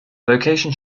location